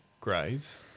grades